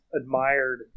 admired